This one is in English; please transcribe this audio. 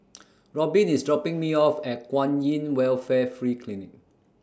Robyn IS dropping Me off At Kwan in Welfare Free Clinic